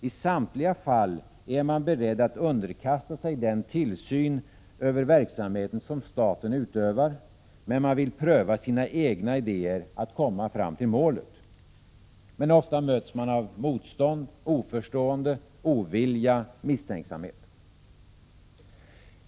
I samtliga fall är man beredd att underkasta sig den tillsyn över verksamheten som staten utövar men man vill pröva sina egna idéer att komma fram till målet. Men ofta möts man av motstånd, oförståelse, ovilja och misstänksamhet.